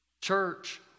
Church